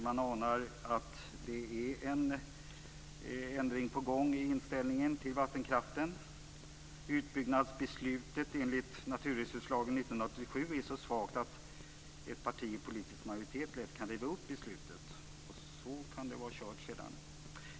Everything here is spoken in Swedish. Man anar att det är en ändring på gång i inställningen till vattenkraften. Utbyggnadsbeslutet enligt naturresurslagen 1987 är så svagt att ett parti i politisk majoritet lätt kan riva upp beslutet, och sedan kan det vara kört.